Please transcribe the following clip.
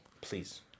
Please